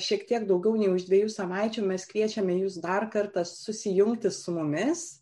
šiek tiek daugiau nei už dviejų savaičių mes kviečiame jus dar kartą susijungti su mumis